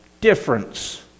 difference